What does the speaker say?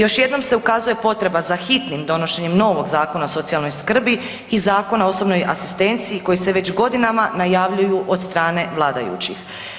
Još jednom se ukazuje potreba za hitnom donošenjem novog Zakona o socijalnoj skrbi i Zakona o osobnoj asistenciji koji se već godinama najavljuju od strane vladajućih.